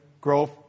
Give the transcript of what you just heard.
growth